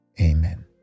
amen